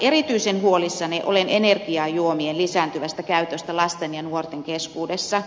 erityisen huolissani olen energiajuomien lisääntyvästä käytöstä lasten ja nuorten keskuudessa